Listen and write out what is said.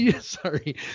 sorry